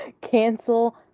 Cancel